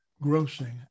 grossing